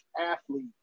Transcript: athlete